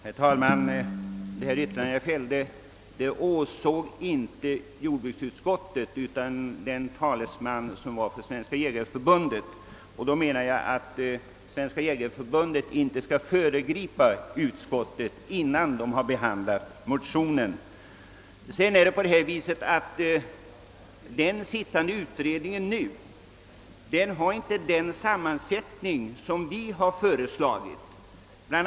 Herr talman! Det yttrande jag fällde avsåg inte jordbruksutskottet utan Svenska = jägareförbundets talesman. Svenska jägareförbundet bör inte föregripa utskottet innan det har behandlat motionen. Den nu sittande utredningen har inte heller den sammansättning som vi har föreslagit. Bl.